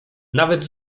nawet